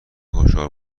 خشحال